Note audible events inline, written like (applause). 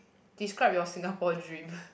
describe your Singapore dream (noise)